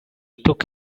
took